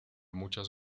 muchas